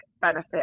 benefit